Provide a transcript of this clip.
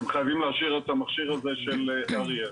אתם חייבים לאשר את המכשיר הזה של אריאל,